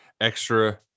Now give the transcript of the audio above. extra